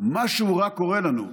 משהו רע קורה לנו.